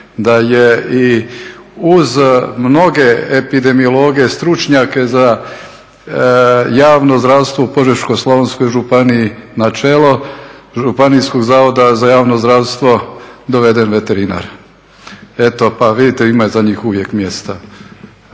da je i uz mnoge epidemiologe, stručnjake za javno zdravstvo u Požeško-slavonskoj županiji na čelo Županijskog zavoda za javno zdravstvo doveden veterinar. Eto pa vidite ima za njih uvijek mjesta.